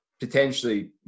potentially